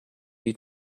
you